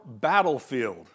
Battlefield